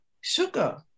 Sugar